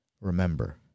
Remember